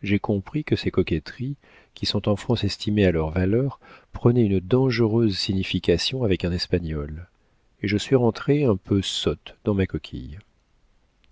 j'ai compris que ces coquetteries qui sont en france estimées à leur valeur prenaient une dangereuse signification avec un espagnol et je suis rentrée un peu sotte dans ma coquille